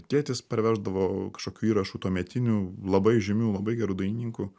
tėtis parveždavo kažkokių įrašų tuometinių labai žymių labai gerų dainininkų